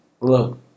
look